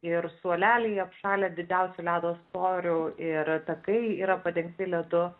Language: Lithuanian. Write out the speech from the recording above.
ir suoleliai apšalę didžiausiu ledo storiu ir takai yra padengti ledu